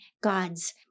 God's